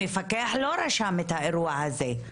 המפקח לא רשם את האירוע הזה.